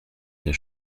der